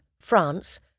France